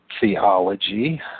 theology